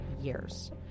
years